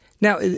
Now